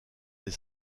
les